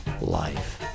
life